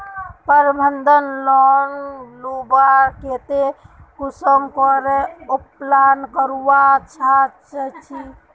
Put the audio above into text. प्रबंधन लोन लुबार केते कुंसम करे अप्लाई करवा चाँ चची?